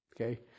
Okay